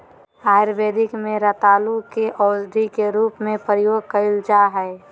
आयुर्वेद में रतालू के औषधी के रूप में प्रयोग कइल जा हइ